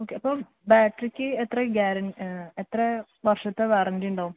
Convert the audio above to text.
okay അപ്പം ബാറ്ററിക്ക് എത്ര ഗ്യാരന് എത്ര വർഷത്തെ വാറൻറി ഉണ്ടാവും